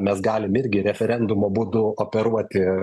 mes galim irgi referendumo būdu operuoti